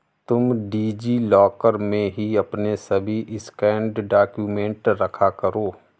तुम DigiLocker में ही अपने सभी स्कैंड डाक्यूमेंट रखा करो